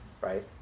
Right